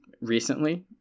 recently